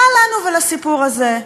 מה לנו ולסיפור הזה?